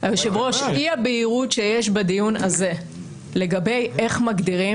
אי הבהירות שיש בדיון הזה לגבי איך מגדירים,